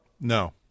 No